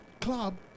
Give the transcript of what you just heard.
club